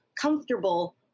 comfortable